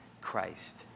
Christ